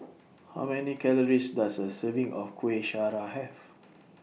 How Many Calories Does A Serving of Kueh Syara Have